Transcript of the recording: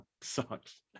sucks